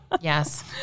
Yes